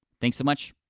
thanks so much,